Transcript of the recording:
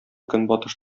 көнбатыш